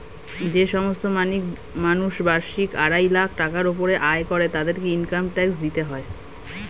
যে সমস্ত মানুষ বার্ষিক আড়াই লাখ টাকার উপরে আয় করে তাদেরকে ইনকাম ট্যাক্স দিতে হয়